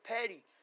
petty